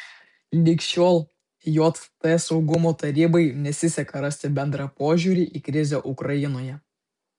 lig šiol jt saugumo tarybai nesiseka rasti bendrą požiūrį į krizę ukrainoje